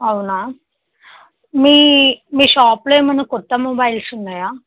అవునా మీ మీ షాప్లో ఏమైనా క్రొత్త మొబైల్స్ ఉన్నాయా